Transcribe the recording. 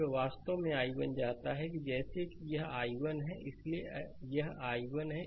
और यह वास्तव में i1 जाता है जैसे कि यह i1 है इसलिए यह i1 है